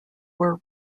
were